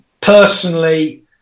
Personally